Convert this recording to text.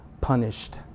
punished